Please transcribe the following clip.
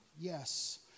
Yes